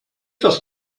das